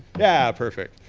yeah, perfect.